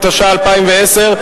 התש"ע 2010,